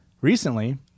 Recently